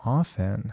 often